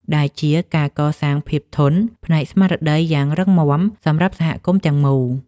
ដែលជាការកសាងភាពធន់ផ្នែកស្មារតីយ៉ាងរឹងមាំសម្រាប់សហគមន៍ទាំងមូល។